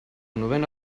novena